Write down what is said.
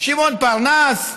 שמעון פרנס,